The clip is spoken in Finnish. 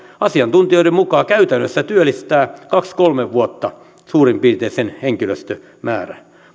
asiantuntijoiden mukaan käytännössä työllistää kaksi viiva kolme vuotta suurin piirtein sen henkilöstömäärän